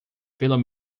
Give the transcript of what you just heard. pelo